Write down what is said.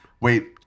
wait